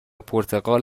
پرتغال